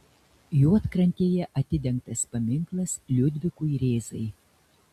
juodkrantėje atidengtas paminklas liudvikui rėzai